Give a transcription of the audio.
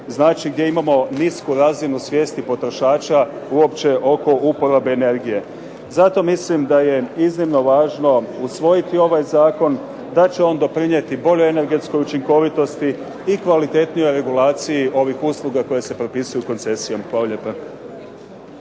znači gdje imamo nisku razinu svijesti potrošača uopće oko upotrebe energije. Zato mislim da je iznimno važno usvojiti ovaj zakon, da će on doprinijeti boljoj energetskoj učinkovitosti i kvalitetnijoj regulaciji ovih usluga koje se propisuju koncesijom. Hvala lijepa.